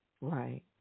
Right